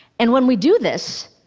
and when we do this,